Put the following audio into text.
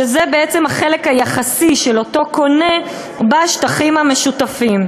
שזה בעצם החלק היחסי של אותו קונה בשטחים המשותפים.